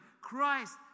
Christ